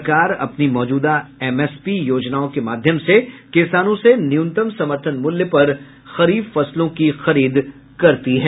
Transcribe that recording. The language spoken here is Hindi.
सरकार अपनी मौजूदा एमएसपी योजनाओं के माध्यम से किसानों से न्यूनतम समर्थन मूल्य पर खरीफ फसलों की खरीद करती है